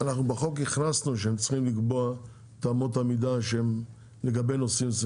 אנחנו בחוק הכנסנו שהם צריכים לקבוע את אמות המידה שהן לגבי נושאים.